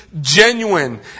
genuine